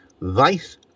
Vice